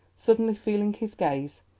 suddenly feeling his gaze,